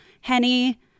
Henny